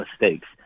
mistakes